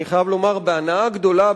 אני חייב לומר בהנאה גדולה,